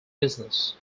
business